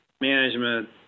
management